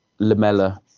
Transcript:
Lamella